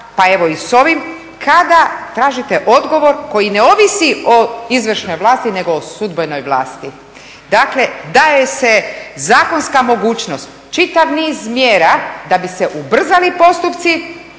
pa evo i s ovim, kada tražite odgovor koji ne ovisi o izvršnoj vlasti nego o sudbenoj vlasti. Dakle, daje se zakonska mogućnost, čitav niz mjera da bi se ubrzali postupci